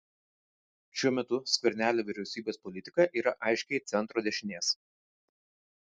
šiuo metu skvernelio vyriausybės politika yra aiškiai centro dešinės